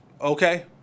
okay